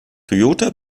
toyota